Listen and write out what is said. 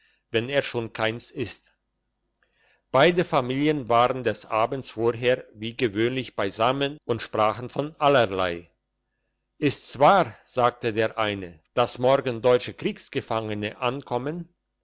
wenn er schon keins ist beide familien waren des abends vorher wie gewöhnlich beisammen und sprachen von allerlei ist's wahr sagte der eine dass morgen deutsche kriegsgefangene ankommen